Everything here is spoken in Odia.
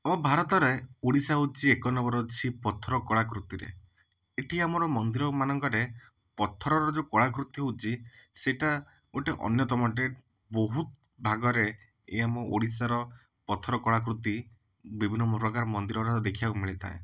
ଆମ ଭାରତରେ ଓଡ଼ିଶା ହେଉଛି ଏକ ନମ୍ବର ସି ପଥର କଳା କୃତିରେ ଏଠି ଆମର ମନ୍ଦିର ମାନଙ୍କରେ ପଥରର ଯେଉଁ କଳାକୃତି ହେଉଛି ସେଇଟା ଗୋଟେ ଅନ୍ୟତମ ଅଟେ ବହୁତ ଭାଗରେ ଏ ଆମ ଓଡ଼ିଶାର ପଥର କଳାକୃତି ବିଭିନ୍ନ ପ୍ରକାର ମନ୍ଦିରରେ ଦେଖିବାକୁ ମିଳିଥାଏ